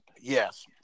Yes